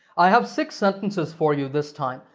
i have six sentences for you this time.